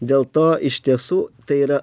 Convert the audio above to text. dėl to iš tiesų tai yra